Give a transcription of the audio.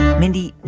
mindy,